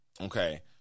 okay